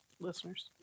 listeners